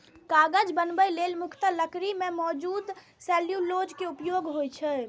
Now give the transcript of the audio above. कागज बनबै लेल मुख्यतः लकड़ी मे मौजूद सेलुलोज के उपयोग होइ छै